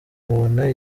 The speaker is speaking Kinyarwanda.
mubona